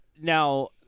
now